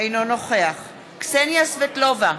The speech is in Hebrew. אינו נוכח קסניה סבטלובה,